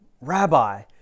Rabbi